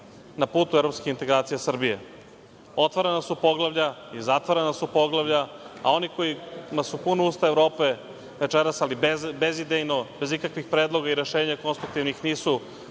na putu evropskih integracija Srbije. Otvarana su poglavlja i zatvarana su poglavlja, a onima kojima su puna usta Evrope večeras, ali bezidejno, bez ikakvih predloga i rešenja konstruktivnih, nisu